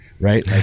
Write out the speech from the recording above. Right